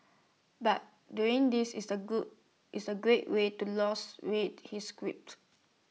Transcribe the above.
but doing this is A good is A great way to lose weight he's quipped